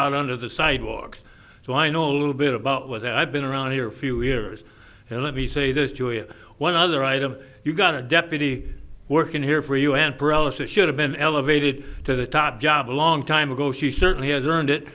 out under the sidewalks so i know a little bit about what i've been around here few years and let me say this joy one other item you've got a deputy working here for you and paralysis should have been elevated to the top job a long time ago she certainly has earned it